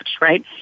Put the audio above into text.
right